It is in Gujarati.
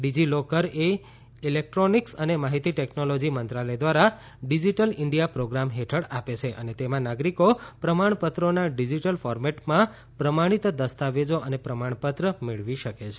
ડિજિલોકર એ ઇલેક્ટ્રોનિક્સ અને માહિતી ટેકનોલોજી મંત્રાલય દ્વારા ડિજિટલ ઇન્ડિયા પ્રોગ્રામ હેઠળ આપે છે અને તેમાં નાગરિકો પ્રમાણપત્રોના ડિજિટલ ફોર્મેટમાં પ્રમાણિત દસ્તાવેજો અને પ્રમાણપત્ર મેળવી શકે છે